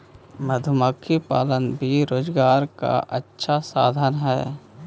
मधुमक्खी पालन भी रोजगार का अच्छा साधन हई